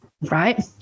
right